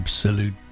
Absolute